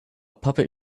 puppet